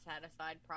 satisfied